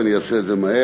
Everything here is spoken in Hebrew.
ואני אעשה את זה מהר.